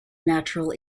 natural